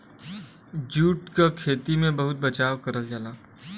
jute क खेती में बहुत बचाव करल जाला